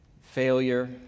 failure